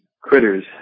critters